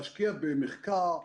להשקיע במחקר,